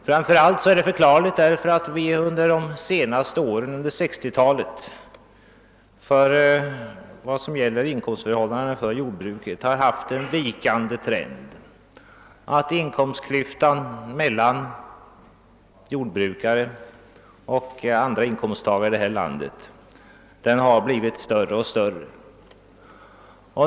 Framför allt är detta beklagligt med hänsyn till att vi under de senaste åren under 1960-talet haft en vikande trend då det gäller inkomstförhållandena för jordbruket; inkomstklyftan mellan jordbrukare och andra inkomsttagare här i landet har blivit större.